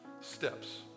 steps